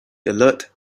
alert